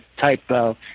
typo